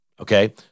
Okay